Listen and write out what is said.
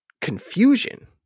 confusion